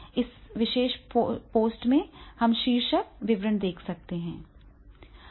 इस विशेष पोस्ट में हम शीर्षक विवरण देख सकते हैं